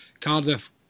Cardiff